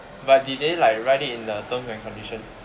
but did they like write it in the terms and conditions